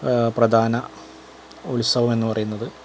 പ്രധാന ഉത്സവമെന്നു പറയുന്നത്